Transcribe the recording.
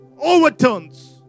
overturns